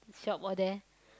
shop all there